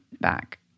back